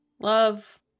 love